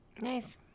Nice